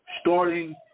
Starting